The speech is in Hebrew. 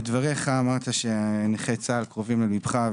בדבריך אמרת שנכי צה"ל קרובים לליבך,